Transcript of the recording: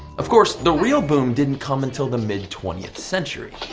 of course the real boom didn't come until the mid twentieth century.